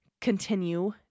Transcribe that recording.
continue